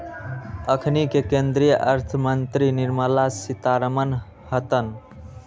अखनि के केंद्रीय अर्थ मंत्री निर्मला सीतारमण हतन